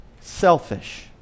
selfish